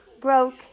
broke